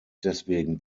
deswegen